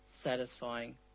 satisfying